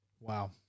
Wow